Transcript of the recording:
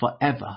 forever